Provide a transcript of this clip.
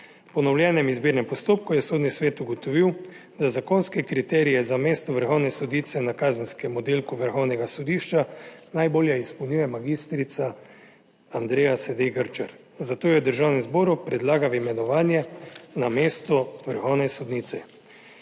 ponovljenem izbirnem postopku je Sodni svet ugotovil, da zakonske kriterije za mesto vrhovne sodnice na kazenskem oddelku Vrhovnega sodišča najbolje izpolnjuje mag. Andreja Sedej Grčar, zato jo Državnem zboru predlaga v imenovanje na mesto vrhovne sodnice.